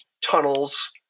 tunnels